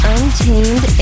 Untamed